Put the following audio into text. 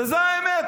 וזו האמת.